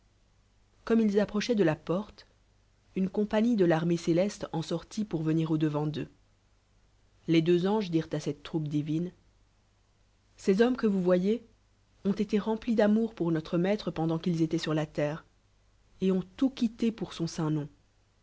comme ils approchoient de a por te une compagnie de l'armée céleate en sortit pour venir au-devant d'eux les deux anges dirent à cette troupe divine ces homœes que vous voyez ont été remplis amour pour uotre maitre pendant qu'ils étoient sur la terre et ont tout quiuépour son saint nom